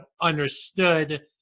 understood